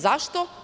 Zašto?